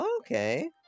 Okay